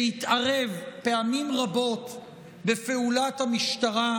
שהתערב פעמים רבות בפעולת המשטרה,